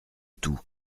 tout